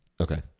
Okay